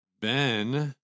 Ben